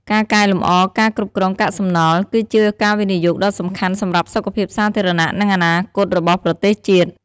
ការកែលម្អការគ្រប់គ្រងកាកសំណល់ គឺជាការវិនិយោគដ៏សំខាន់សម្រាប់សុខភាពសាធារណៈ និងអនាគតរបស់ប្រទេសជាតិ។